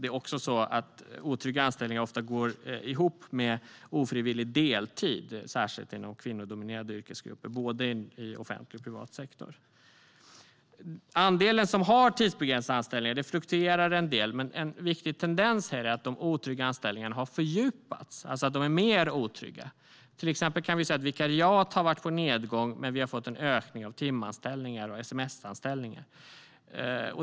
Det är också så att otrygga anställningar ofta går ihop med ofrivillig deltid, särskilt inom kvinnodominerade yrkesgrupper, både i offentlig och i privat sektor. Andelen som har tidsbegränsade anställningar fluktuerar en del, men en viktig tendens är att de otrygga anställningarna har fördjupats, det vill säga blivit mer otrygga. Till exempel har vikariaten varit på nedgång medan vi fått en ökning av timanställningar och sms-anställningar.